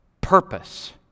purpose